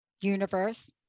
universe